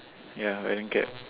ya wearing cap